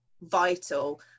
vital